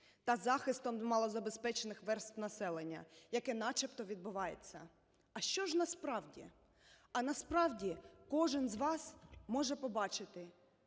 та захистом малозабезпечених верст населення, яке начебто відбувається. А що ж насправді? А насправді кожен з вас може побачити,